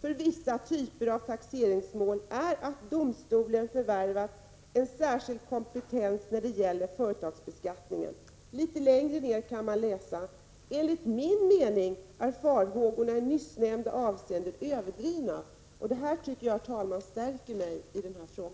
för vissa typer av taxeringsmål är att domstolen förvärvat en särskild kompetens när det gäller företagsbeskattningsmål ———.” Litet längre ner kan man läsa: ”Enligt min mening är farhågorna i nyssnämnda avseende överdrivna.” Detta, herr talman, tycker jag stärker min uppfattning i denna fråga.